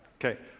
okay.